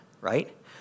right